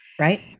right